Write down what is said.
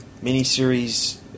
miniseries